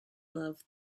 love